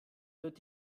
wird